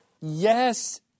Yes